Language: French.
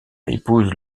épouse